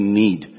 need